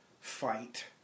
fight